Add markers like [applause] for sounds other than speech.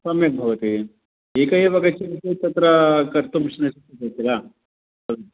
सम्यक् भवति एक एव गच्छति चेत् तत्र कर्तुं [unintelligible] इच्छति वा तत्